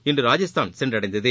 இன்று ராஜஸ்தான் சென்றடைந்தது